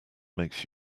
makes